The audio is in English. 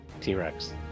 T-Rex